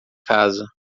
casa